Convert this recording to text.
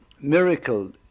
miracle